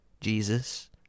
Jesus